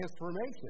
transformation